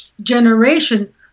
generation